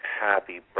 Happy